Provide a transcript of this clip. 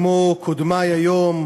כמו קודמי היום,